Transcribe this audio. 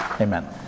Amen